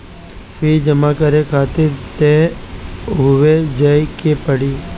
fees जमा करे खातिर तअ उहवे जाए के पड़ी